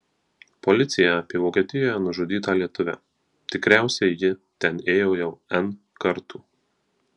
policija apie vokietijoje nužudytą lietuvę tikriausiai ji ten ėjo jau n kartų